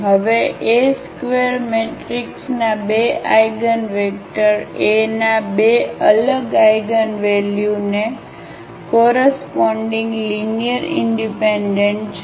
હવે A² matrix ના બે આઇગનવેક્ટર A ના બે અલગ આઇગનવલ્યુને કોરસપોન્ડીગ લીનીઅરઇનડિપેન્ડન્ટ છે